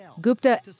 Gupta